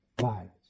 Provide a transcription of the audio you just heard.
violence